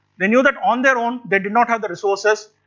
they knew that on their own they didn't have the resources,